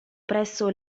presso